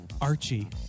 Archie